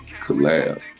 Collab